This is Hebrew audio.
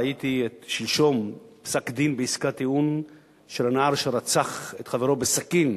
ראיתי שלשום פסק-דין בעסקת טיעון של הנער שרצח את חברו בסכין,